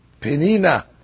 penina